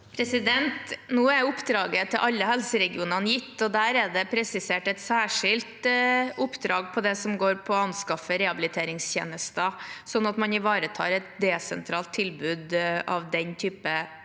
Nå er oppdra- get til alle helseregionene gitt. Der er det presisert et særskilt oppdrag på det som går på å anskaffe rehabiliteringstjenester, sånn at man ivaretar et desentralt tilbud av den type behandling